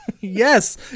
Yes